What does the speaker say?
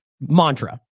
mantra